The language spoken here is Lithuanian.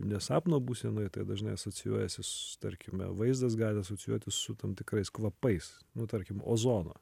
ne sapno būsenoje tai dažnai asocijuojasi s tarkime vaizdas gali asocijuotis su tam tikrais kvapais nu tarkim ozono